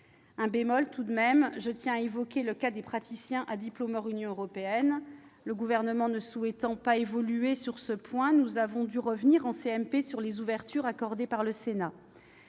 Un bémol tout de même, je tiens à évoquer le cas des praticiens à diplôme hors Union européenne. Le Gouvernement ne souhaitant pas évoluer sur ce point, nous avons dû revenir en commission mixte paritaire sur les ouvertures accordées par le Sénat.